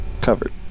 covered